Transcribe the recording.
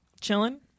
chilling